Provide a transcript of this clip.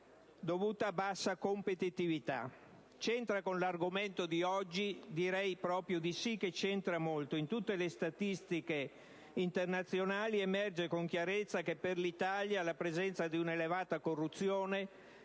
dovuta a bassa competitività. C'entra questo con l'argomento di oggi? Direi proprio di sì, e direi che c'entra molto. In tutte le statistiche internazionali emerge con chiarezza che per l'Italia la presenza di un'elevata corruzione,